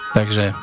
Takže